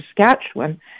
Saskatchewan